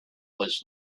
was